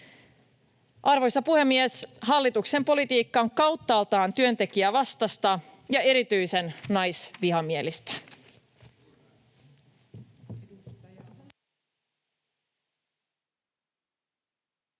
Arvoisa puhemies! Hallituksen politiikka on kauttaaltaan työntekijävastaista ja erityisen naisvihamielistä.